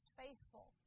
faithful